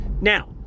Now